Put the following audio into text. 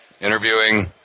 interviewing